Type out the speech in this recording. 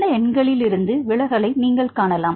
இந்த எண்களிலிருந்து விலகலை நீங்கள் காணலாம்